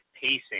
pacing